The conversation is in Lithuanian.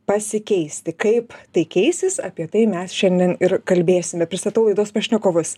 pasikeisti kaip tai keisis apie tai mes šiandien ir kalbėsime pristatau laidos pašnekovus